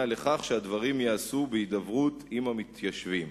לכך שהדברים ייעשו בהידברות עם המתיישבים.